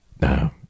No